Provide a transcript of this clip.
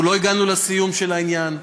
אנחנו לא הגענו לסיום של העניין,